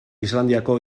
islandiako